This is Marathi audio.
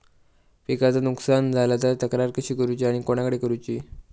पिकाचा नुकसान झाला तर तक्रार कशी करूची आणि कोणाकडे करुची?